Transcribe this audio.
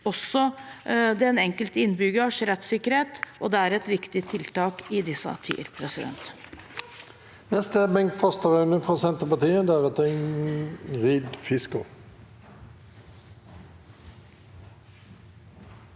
sikrer også den enkelte innbyggers rettssikkerhet, og det er et viktig tiltak i disse tider.